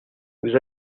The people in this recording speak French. vous